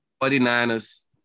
49ers